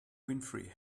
winfrey